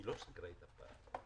לא סגרה את הפער.